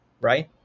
right